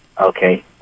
Okay